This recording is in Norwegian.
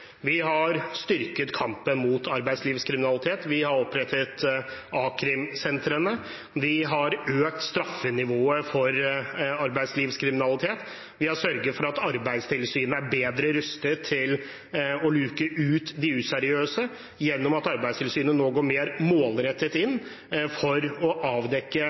Vi har styrket kampen mot arbeidslivskriminalitet, vi har opprettet a-krimsentrene, vi har økt straffenivået for arbeidslivskriminalitet, vi har sørget for at Arbeidstilsynet er bedre rustet til å luke ut de useriøse gjennom at Arbeidstilsynet nå går mer målrettet inn for å avdekke